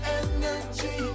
energy